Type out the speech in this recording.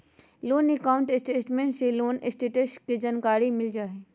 loan account statement से loan status के जानकारी मिल जा हय